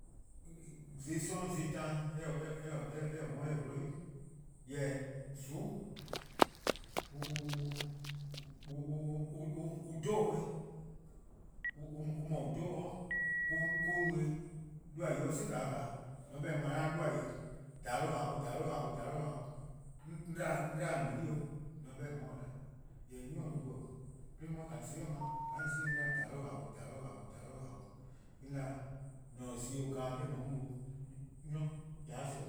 zon+ 'sororn' zon+ taan eh-' 'worn eh 'wluh 'yu. Jorwor: :soon' an 'dhobo-'. on :mor an 'dhobo-a' mor-a no-eh :mor 'duhba-yu 'si-dih tior' :on 'ye-a 'duhba-yu :dhao' :ao' :dhao' :ao' :dhao', 'duhba-yu 'on 'dba on :blii' 'o :on se 'beh-dih :on 'ye-a 'o 'da. Nyor se yubo: :mor eh 'dhu deh-' 'de 'on 'ye :soon'+ 'ble, :ka :on 'si-dih 'on 'da-' :dhao' :ao' :dhao' :ao' :dhao' :ao', :yee' 'on 'da :on se-' zi 'o, glaa'e 'de :on 'ye zi 'o, 'nynor, :ya 'de :soon'